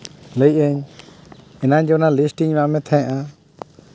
ᱞᱟᱹᱭᱮᱫ ᱟᱹᱧ ᱮᱱᱟᱱ ᱡᱮ ᱚᱱᱟ ᱞᱤᱥᱴ ᱤᱧ ᱮᱢᱟᱜ ᱢᱮ ᱛᱟᱦᱮᱸᱫᱼᱟ